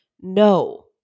No